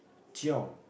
chiong